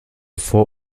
vor